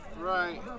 Right